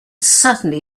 certainly